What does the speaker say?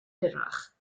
hirach